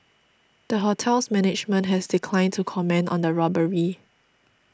the hotel's management has declined to comment on the robbery